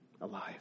alive